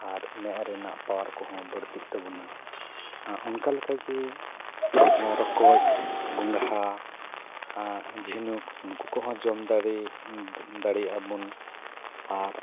ᱟᱨ ᱢᱮᱫ ᱨᱮᱱᱟᱜ ᱯᱟᱣᱟᱨ ᱠᱚᱦᱚᱸ ᱵᱟᱹᱲᱛᱤᱜ ᱛᱟᱵᱚᱱᱟ ᱚᱱᱠᱟ ᱞᱮᱠᱟ ᱜᱮ ᱨᱚᱠᱚᱡ ᱜᱚᱝᱜᱷᱟ ᱡᱷᱤᱱᱩᱠ ᱱᱩᱠᱩ ᱠᱚᱦᱚᱸ ᱡᱚᱢ ᱫᱟᱲᱮ ᱫᱟᱲᱮᱭᱟᱜᱼᱟ ᱵᱚᱱ ᱟᱨ